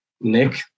Nick